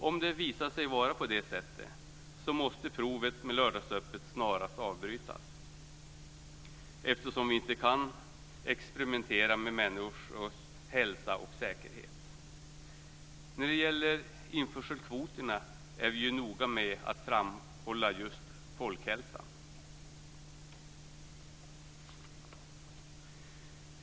Om det visar sig vara på det sättet måste försöket med lördagsöppet snarast avbrytas, eftersom vi inte kan experimentera med människors hälsa och säkerhet. När det gäller införselkvoterna är vi ju noga med att framhålla just folkhälsan.